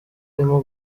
arimo